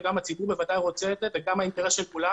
וגם הציבור בוודאי רוצה את זה וזה גם האינטרס של כולם,